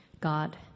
God